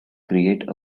create